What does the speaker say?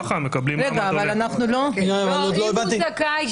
כל המשפחה מקבלים --- אם הוא זכאי,